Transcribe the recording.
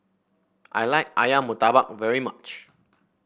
I like ayam murtabak very much